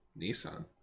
Nissan